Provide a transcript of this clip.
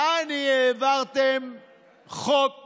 יעני, העברתם חוק